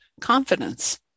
confidence